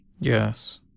Yes